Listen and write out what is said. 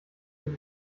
wird